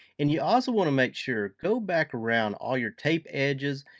and you also want to make sure. go back around all your tape edges,